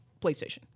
PlayStation